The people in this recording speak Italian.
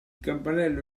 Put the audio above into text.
campanello